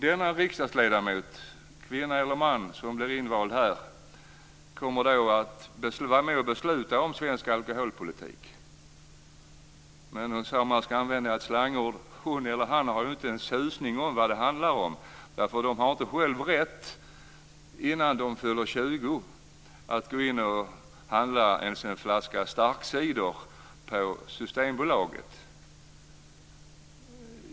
Denna riksdagsledamot, kvinna eller man, som blir invald här kommer då att vara med och besluta om svensk alkoholpolitik. Men hon eller han har ju, om man ska använda ett slanguttryck, inte en susning om vad det handlar om. Hon eller han har ju själv inte rätt innan 20 års ålder att handla ens en flaska starkcider på Systembolaget.